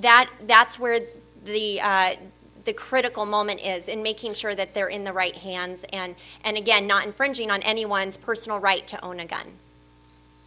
that that's where the critical moment is in making sure that they're in the right hands and and again not infringing on anyone's personal right to own a gun